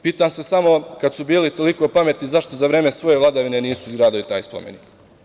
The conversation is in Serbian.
Pitam se samo kada su bili toliko pametni, zašto za vreme svoje vladavine nisu izgradili taj spomenik?